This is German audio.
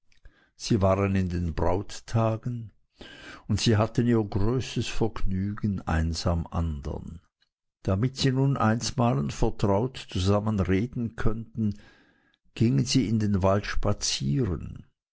sie waren in den brauttagen und sie hatten ihr größtes vergnügen eins am andern damit sie nun einsmalen vertraut zusammen reden könnten gingen sie in den wald spazieren